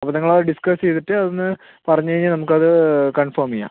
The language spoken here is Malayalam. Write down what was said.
അപ്പം നിങ്ങൾ അത് ഡിസ്കസ് ചെയ്തിട്ട് അതൊന്ന് പറഞ്ഞ് കഴിഞ്ഞാൽ നമുക്ക് അത് കൺഫേം ചെയ്യാം